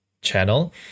channel